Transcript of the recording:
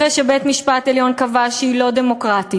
אחרי שבית-המשפט העליון קבע שהיא לא דמוקרטית,